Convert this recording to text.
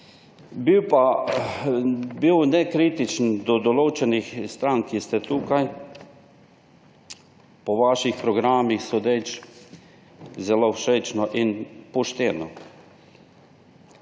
bil nekritičen do določenih strank, ki ste tukaj… Po vaših programih sodeč zelo všečno in pošteno,